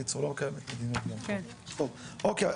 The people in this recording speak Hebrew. אוקיי.